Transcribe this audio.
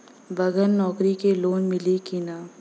बगर नौकरी क लोन मिली कि ना?